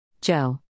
Joe